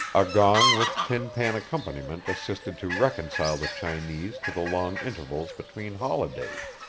a gong with tin-pan accompaniment assisted to reconcile the chinese to the long intervals between holidays.